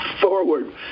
forward